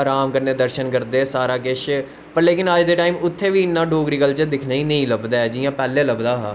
आराम कन्नै दर्शन करदे सारे किश व उत्थें बी अज्ज कल इन्ना डोगरी कल्चर दिक्खनें गी नेंई लब्भदा ऐ जियां पैह्लें लब्भदा हा